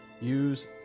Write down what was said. Use